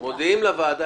מודיעים לוועדה.